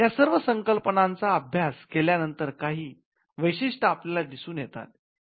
या सर्व संकल्पनांचा अभ्यास केल्यानंतर काही वैशिष्ट्ये आपल्याला दिसून येतात